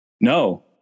no